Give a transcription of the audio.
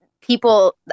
people